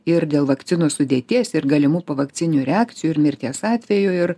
ir dėl vakcinų sudėties ir galimų vakcinių reakcijų ir mirties atvejų ir